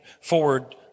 forward